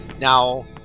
Now